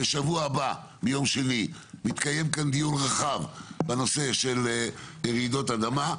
בשבוע הבא ביום שני יתקיים כאן דיון רחב בנושא של רעידות אדמה,